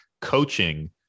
coaching